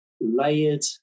layered